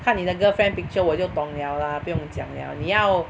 看你的 girlfriend picture 我就懂 liao lah 不用讲 liao 你要